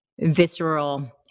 visceral